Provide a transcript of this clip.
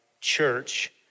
church